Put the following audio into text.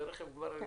זה כבר רכב גדול.